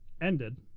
ended